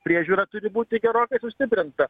priežiūra turi būti gerokai sustiprinta